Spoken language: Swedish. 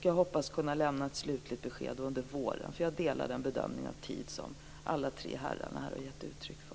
Jag hoppas också kunna lämna ett slutligt besked under våren, eftersom jag delar den tidsbedömning som alla tre herrarna här har gett uttryck för.